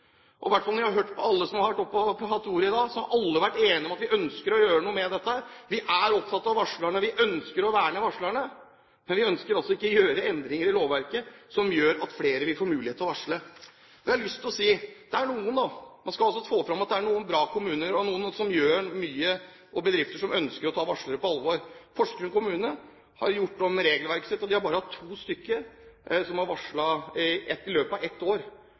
Og i hvert fall, når jeg har hørt på alle som har vært oppe og hatt ordet i dag, har alle vært enige om at vi ønsker å gjøre noe med dette. Vi er opptatt av varslerne, vi ønsker å verne varslerne, men vi ønsker altså ikke å gjøre endringer i lovverket som gjør at flere vil få mulighet til å varsle. Man skal også få fram at det er noen bra kommuner, og bedrifter, som gjør mye, og som ønsker å ta varslere på alvor. Porsgrunn kommune har gjort om regelverket sitt, og de har bare hatt to stykker som har varslet i løpet av et år.